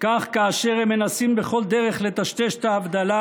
כך כאשר הם מנסים בכך דרך לטשטש את ההבדלה